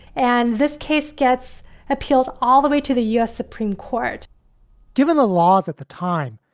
and this case gets appealed all the way to the u s. supreme court given the laws at the time,